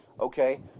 Okay